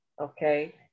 Okay